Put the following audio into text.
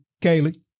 kaylee